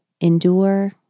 endure